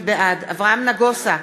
בעד אברהם נגוסה,